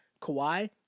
Kawhi